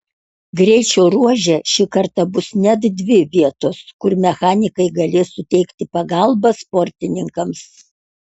greičio ruože šį kartą bus net dvi vietos kur mechanikai galės suteikti pagalbą sportininkams